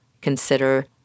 consider